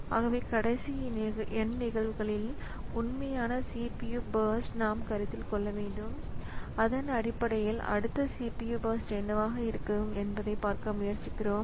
ஆகவே கடைசி n நிகழ்வுகளில் உண்மையான CPU பர்ஸ்ட் நாம் கருத்தில் கொள்ள வேண்டும் அதன் அடிப்படையில் அடுத்த CPU பர்ஸ்ட் என்னவாக இருக்கும் என்பதைப் பார்க்க முயற்சிக்கிறோம்